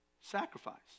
Sacrifice